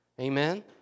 Amen